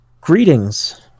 greetings